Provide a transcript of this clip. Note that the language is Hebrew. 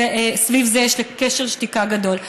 וסביב זה יש קשר שתיקה גדול.